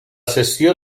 cessió